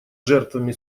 жертвами